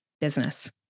business